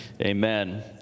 Amen